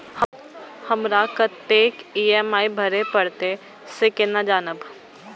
हमरा कतेक ई.एम.आई भरें परतें से केना जानब?